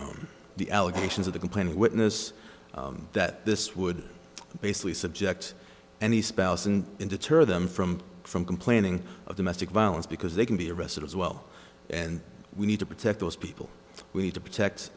the the allegations of the complaining witness that this would basically subject any spouse and in deter them from from complaining of domestic violence because they can be arrested as well and we need to protect those people we need to protect